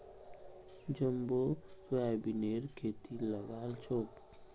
jumbo सोयाबीनेर खेती लगाल छोक